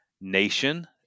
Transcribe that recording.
Nation